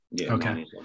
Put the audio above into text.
Okay